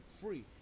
free